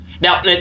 Now